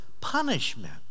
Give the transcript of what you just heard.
punishment